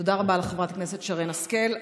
תודה רבה לחברת הכנסת שרן השכל.